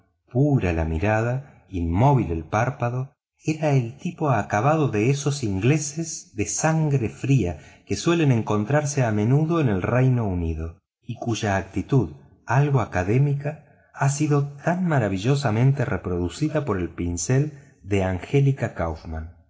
pura la mirada inmóvil el párpado era el tipo acabado de esos ingleses de sangre fría que suelen encontrarse a menudo en el reino unido y cuya actitud algo académica ha sido tan maravillosamente reproducida por el pincel de angélica kauffmann